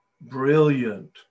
Brilliant